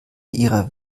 ihrer